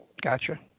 Gotcha